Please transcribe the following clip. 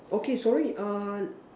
okay sorry uh